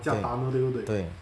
对对